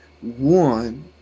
one